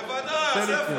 בוודאי.